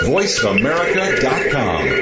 VoiceAmerica.com